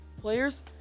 players